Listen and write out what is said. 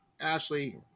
Ashley